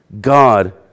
God